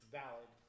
valid